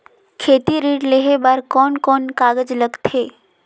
खेती ऋण लेहे बार कोन कोन कागज लगथे?